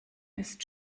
ist